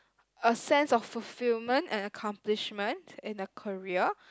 a sense of fulfilment and accomplishment in a career